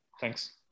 Thanks